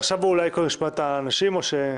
קודם נגמור את העניין שלפנינו.